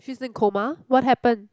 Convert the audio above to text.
she's in coma what happen